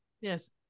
yes